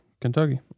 Kentucky